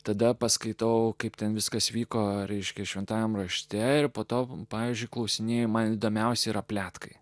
tada paskaitau kaip ten viskas vyko reiškia šventajam rašte ir po to mums pavyzdžiui klausinėja man įdomiausia yra pletkai